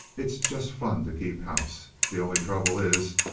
it's just fun to keep house. the only trouble is,